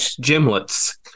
gimlets